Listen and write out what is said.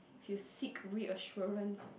if you seek reassurance